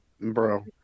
Bro